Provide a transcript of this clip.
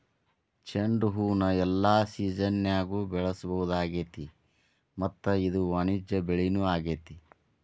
ಚಂಡುಹೂನ ಎಲ್ಲಾ ಸಿಜನ್ಯಾಗು ಬೆಳಿಸಬಹುದಾಗೇತಿ ಮತ್ತ ಇದು ವಾಣಿಜ್ಯ ಬೆಳಿನೂ ಆಗೇತಿ